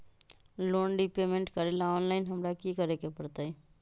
Loan repayment करेला online हमरा की करे के परतई?